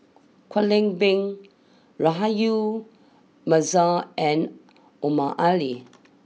Kwek Leng Beng Rahayu Mahzam and Omar Ali